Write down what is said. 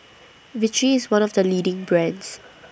Vichy IS one of The leading brands